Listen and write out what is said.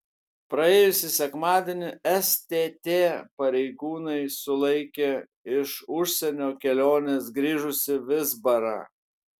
praėjusį sekmadienį stt pareigūnai sulaikė iš užsienio kelionės grįžusį vizbarą